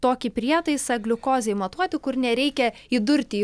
tokį prietaisą gliukozei matuoti kur nereikia įdurti į